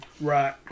Right